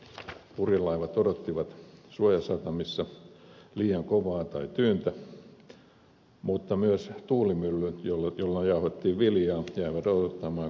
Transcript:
purjelaivat odottivat suojasatamissa kun oli liian kovaa tai tyyntä mutta myös tuulimyllyt joilla jauhettiin viljaa jäivät odottamaan kunnes tuuli